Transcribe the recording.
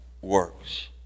works